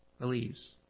believes